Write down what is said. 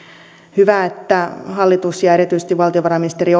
hyvä että hallitus ja erityisesti valtiovarainministeri